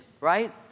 right